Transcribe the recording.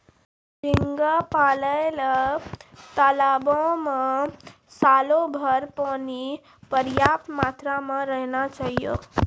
झींगा पालय ल तालाबो में सालोभर पानी पर्याप्त मात्रा में रहना चाहियो